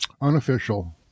unofficial